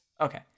Okay